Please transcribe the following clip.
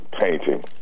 painting